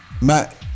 Matt